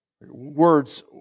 Words